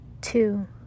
Two